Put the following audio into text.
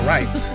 Right